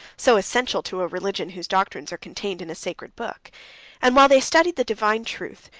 so essential to a religion whose doctrines are contained in a sacred book and while they studied the divine truth,